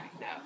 no